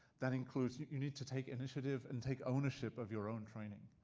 that includes you you need to take initiative and take ownership of your own training.